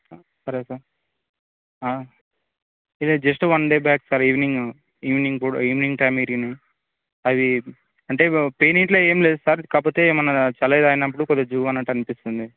సరే సార్ ఇది just one day back sir evening evening కూడ ఈవినింగ్ టైం విరిగినాయి అది అంటే ఇప్పుడు పెయిన్ ఇట్లా ఏమి లేదు సార్ కాకపోతే ఏమన్న చల్లగా తాగినప్పుడు కొద్దిగా జువ్ అన్నట్టు అనిపిస్తుంది